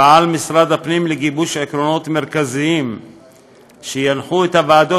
פעל משרד הפנים לגיבוש עקרונות מרכזיים שינחו את הוועדות